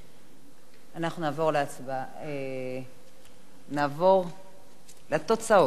ההצעה להעביר את הנושא לוועדה לענייני ביקורת המדינה נתקבלה.